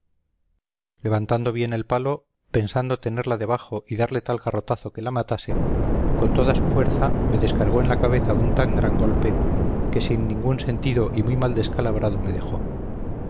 levantando bien el palo pensando tenerla debajo y darle tal garrotazo que la matase con toda su fuerza me descargó en la cabeza un tan gran golpe que sin ningún sentido y muy mal descalabrado me dejó